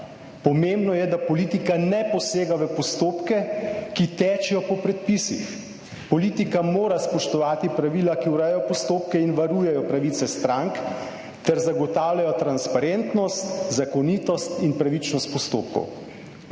Pomembno je, da politika ne posega v postopke, ki tečejo po predpisih. Politika mora spoštovati pravila, ki urejajo postopke in varujejo pravice strank ter zagotavljajo transparentnost, zakonitost in pravičnost postopkov.